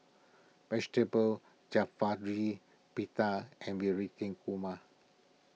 Vegetable Pita and Korma